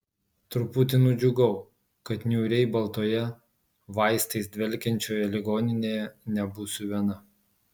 truputį nudžiugau kad niūriai baltoje vaistais dvelkiančioje ligoninėje nebūsiu viena